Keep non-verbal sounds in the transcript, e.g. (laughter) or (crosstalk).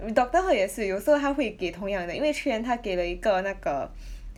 mm doctor Herr 也是有时候他会给同样的因为去年他给了一个那个 (breath)